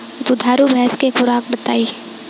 दुधारू भैंस के खुराक बताई?